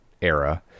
era